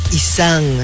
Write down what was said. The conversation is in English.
isang